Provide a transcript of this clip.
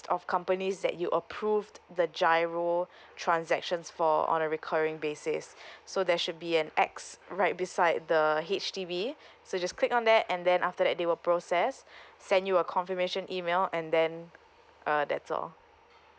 of companies that you approved the GIRO transactions for on a recurring basis so there should be an X right beside the H_D_B so just click on that and then after that they will process send you a confirmation email and then uh that's all